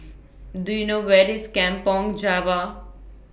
Do YOU know Where IS Kampong Java